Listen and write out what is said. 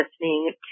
listening